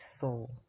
soul